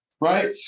Right